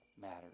matters